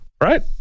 Right